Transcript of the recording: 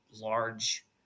large